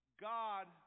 God